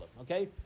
okay